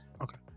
okay